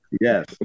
Yes